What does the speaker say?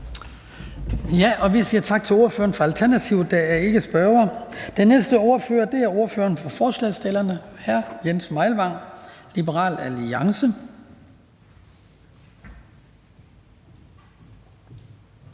Vi siger tak til ordføreren for Alternativet. Der er ingen spørgere. Den næste ordfører er ordføreren for forslagsstillerne, hr. Jens Meilvang, Liberal Alliance.